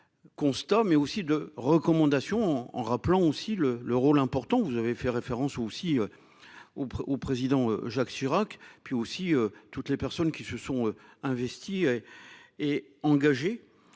Constat mais aussi de recommandations en rappelant aussi le le rôle important, vous avez fait référence aussi. Au au président Jacques Chirac et puis aussi toutes les personnes qui se sont investis. Et engagés